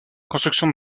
construction